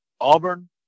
Auburn